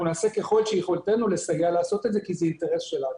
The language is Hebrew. נעשה ככל יכולתנו לסייע לעשות את זה כי זה אינטרס שלנו.